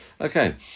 Okay